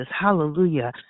hallelujah